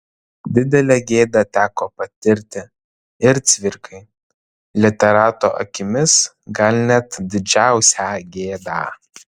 didelę gėdą teko patirti ir cvirkai literato akimis gal net didžiausią gėdą